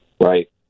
right